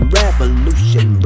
revolution